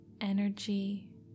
energy